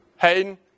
Hayden